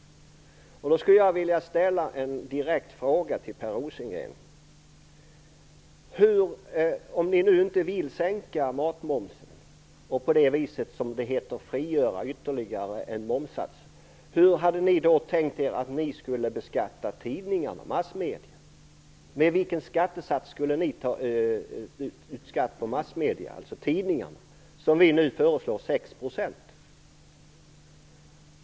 Jag skulle vilja ställa en direkt fråga till Per Rosengren. Om ni nu inte vill sänka matmomsen och på det viset, som det heter, frigöra ytterligare en momssats, hur hade ni då tänkt er att ni skulle beskatta tidningarna och massmedierna? Vilken skattesats skulle ni ta ut på massmedierna, dvs. tidningarna, där vi nu föreslår 6 %?